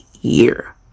year